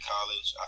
College